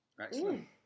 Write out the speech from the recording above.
Excellent